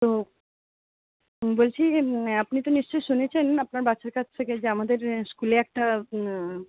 তো বলছি আপনি তো নিশ্চয়ই শুনেছেন আপনার বাচ্চার কাছ থেকে যে আমাদের স্কুলে একটা